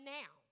now